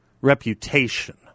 reputation